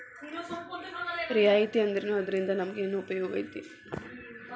ರಿಯಾಯಿತಿ ಅಂದ್ರೇನು ಅದ್ರಿಂದಾ ನಮಗೆನ್ ಉಪಯೊಗೈತಿ?